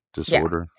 disorder